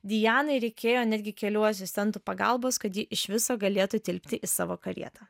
dianai reikėjo netgi kelių asistentų pagalbos kad ji iš viso galėtų tilpti į savo karietą